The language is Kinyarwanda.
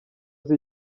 uzi